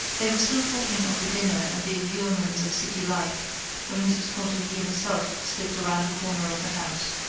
they were still talking of the dinner and the allurements of city life when mrs. pontellier herself slipped around the corner of the house.